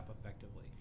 effectively